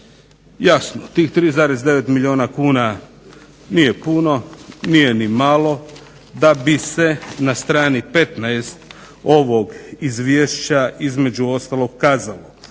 Jasno tih 3,9 milijuna kuna nije puno, nije ni malo da bi se na strani 15. ovog Izvješća između ostalog kazalo,